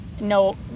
no